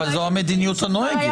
אבל זאת המדיניות הנוהגת.